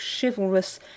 chivalrous